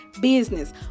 business